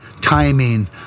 timing